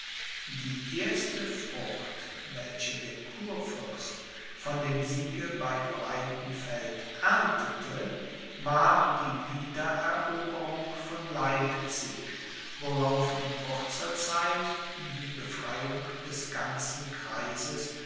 die erste frucht welche der kurfürst von dem siege bei breitenfeld erntete war die wiedereroberung von leipzig worauf in kurzer zeit die befreiung des ganzen kreises